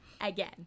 Again